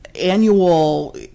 annual